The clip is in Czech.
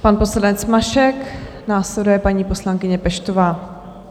Pan poslanec Mašek, následuje paní poslankyně Peštová.